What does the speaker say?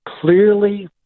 clearly